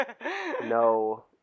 No